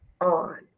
on